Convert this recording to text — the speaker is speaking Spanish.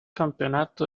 campeonato